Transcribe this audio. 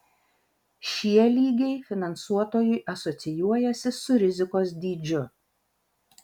šie lygiai finansuotojui asocijuojasi su rizikos dydžiu